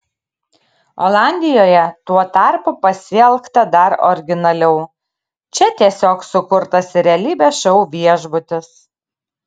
olandijoje tuo tarpu pasielgta dar originaliau čia tiesiog sukurtas realybės šou viešbutis